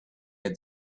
had